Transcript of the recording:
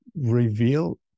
reveal